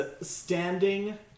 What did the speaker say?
standing